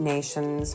Nations